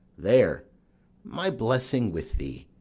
there my blessing with thee!